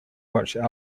watched